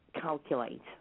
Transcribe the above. calculate